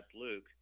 Luke